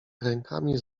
rękami